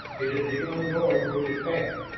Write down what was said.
it is the unknowing which is bad.